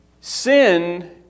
Sin